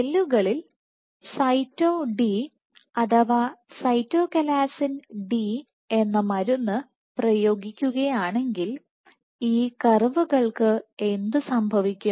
സെല്ലുകളിൽ cyto D അഥവാ cytochalasin D എന്ന മരുന്ന് പ്രയോഗിക്കുകയാണെങ്കിൽ ഈ കർവുകൾക് എന്തു സംഭവിക്കും